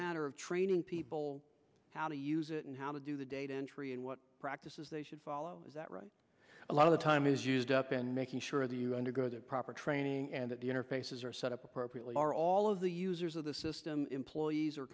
matter of training people how to use it and how to do the data entry and what practices they should follow is that right a lot of the time is used up in making sure that you undergo the proper training and that the interfaces are set up appropriately for all of the users of the system employees